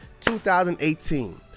2018